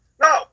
No